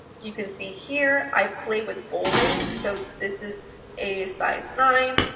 you can see here i play with bolding so this is a size nine,